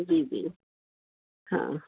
جی جی ہاں